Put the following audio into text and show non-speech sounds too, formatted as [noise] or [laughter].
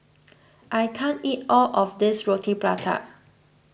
I can't eat all of this Roti Prata [noise]